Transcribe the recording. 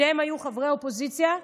שניהם היו חברי אופוזיציה,